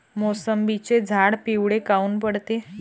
मोसंबीचे झाडं पिवळे काऊन पडते?